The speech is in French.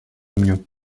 mieux